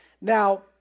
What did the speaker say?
Now